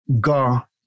Gar